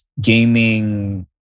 gaming